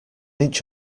inch